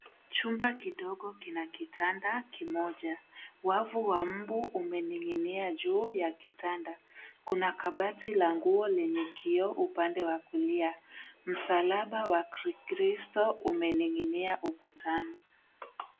Chumba kidogo kina kitanda kimoja. Wavu wa mbu umening'inia juu ya kitanda. Kuna kabati la nguo lenye kioo upande wa kulia. Msalaba wa kikristo umening'inia ukutani.